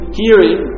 hearing